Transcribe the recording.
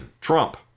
Trump